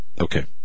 okay